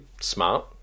Smart